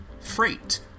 Freight